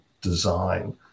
design